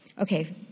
Okay